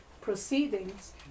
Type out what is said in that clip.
proceedings